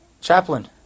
Chaplain